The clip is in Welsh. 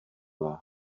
dda